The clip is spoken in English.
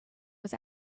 was